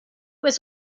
was